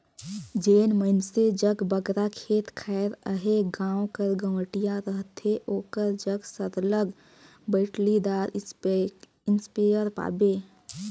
जेन मइनसे जग बगरा खेत खाएर अहे गाँव कर गंवटिया रहथे ओकर जग सरलग बइटरीदार इस्पेयर पाबे